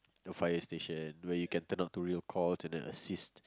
the fire station where you can turn out to real call to the assist